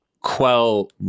quell